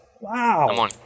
Wow